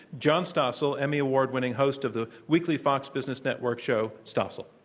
john stossel, emmy award winning host of the weekly fox business network show, stossel.